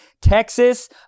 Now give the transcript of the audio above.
Texas